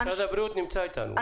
משרד הבריאות נמצא איתנו,